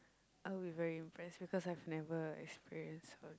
I would be very impressed because I've never experienced al~